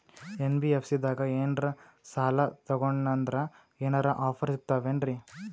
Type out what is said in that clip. NBFC ದಾಗ ಏನ್ರ ಸಾಲ ತೊಗೊಂಡ್ನಂದರ ಏನರ ಆಫರ್ ಸಿಗ್ತಾವೇನ್ರಿ?